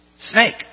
Snake